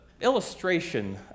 illustration